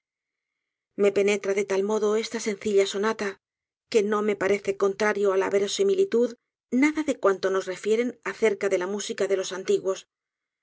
me penetra de tal modo esta sencilla sonata que no me parece contrario á la verosimilitud nada de cuanto nos refieren acerca de la música de los antiguos